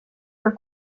for